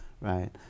right